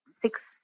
six